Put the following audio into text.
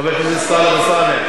חבר הכנסת טלב אלסאנע,